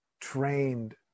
trained